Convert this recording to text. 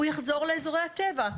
הוא יחזור לאזורי הטבע.